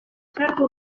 sartu